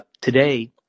Today